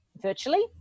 virtually